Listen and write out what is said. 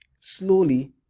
slowly